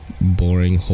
Boring